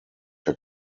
der